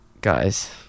guys